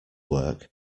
work